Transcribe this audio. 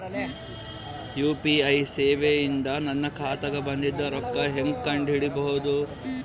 UPI ಸೇವೆ ಇಂದ ನನ್ನ ಖಾತಾಗ ಬಂದಿದ್ದ ರೊಕ್ಕ ಹೆಂಗ್ ಕಂಡ ಹಿಡಿಸಬಹುದು?